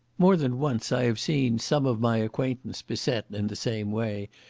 more than once i have seen some of my acquaintance beset in the same way,